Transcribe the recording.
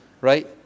right